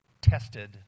tested